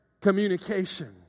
communication